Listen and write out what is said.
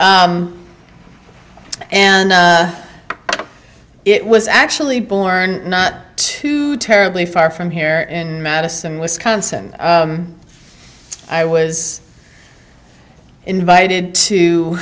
and it was actually born not too terribly far from here in madison wisconsin i was invited to